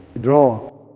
draw